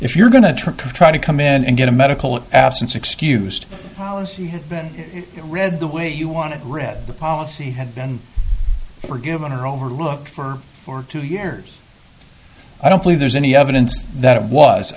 if you're going to try to come in and get a medical absence excused policy has been read the way you want it read the policy had been forgiven or overlooked for for two years i don't believe there's any evidence that